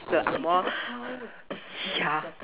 the angmoh ya